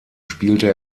spielte